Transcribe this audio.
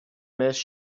miss